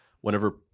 whenever